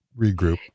regroup